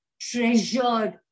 treasured